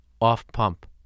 off-pump